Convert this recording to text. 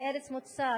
ארץ מוצא,